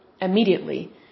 immediately